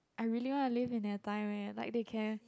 I really want to live in their time eh like they can